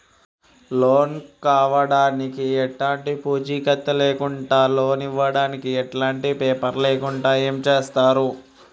Loan కావడానికి ఎలాంటి పూచీకత్తు లేకుండా లోన్ ఇవ్వడానికి ఎలాంటి పేపర్లు లేకుండా ఏం చేస్తారు?